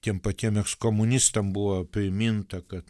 tiem patiem ekskomunistam buvo priminta kad